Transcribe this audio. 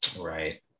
Right